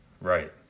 Right